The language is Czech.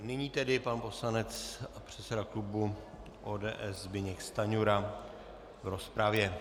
Nyní tedy pan poslanec a předseda klubu ODS Zbyněk Stanjura v rozpravě.